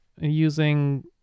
using